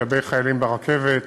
לגבי חיילים ברכבת,